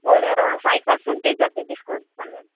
ஒரு five percentage அப்படி discount பண்ணுவோம்